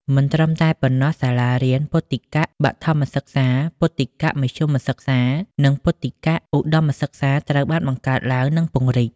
មិនត្រឹមតែប៉ុណ្ណោះ សាលារៀនពុទ្ធិកបឋមសិក្សា ពុទ្ធិកមធ្យមសិក្សា និងពុទ្ធិកឧត្តមសិក្សាត្រូវបានបង្កើតឡើង និងពង្រីក។